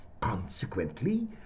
Consequently